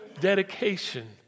dedication